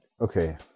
okay